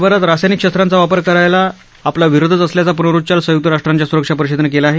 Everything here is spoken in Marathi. जगभरात रासायनिक शस्त्रांचा वापर करायला आपला विरोधच असल्याचा प्नरुच्चार संय्क्त राष्ट्रांच्या स्रक्षा परिषदेनं केला आहे